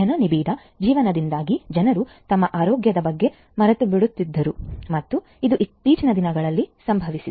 ಜನನಿಬಿಡ ಜೀವನದಿಂದಾಗಿ ಜನರು ತಮ್ಮ ಆರೋಗ್ಯದ ಬಗ್ಗೆ ಮರೆತುಬಿಡುತ್ತಿದ್ದರು ಮತ್ತು ಇದು ಇತ್ತೀಚಿನ ದಿನಗಳಲ್ಲಿ ಸಂಭವಿಸಿದೆ